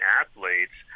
athletes